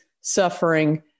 suffering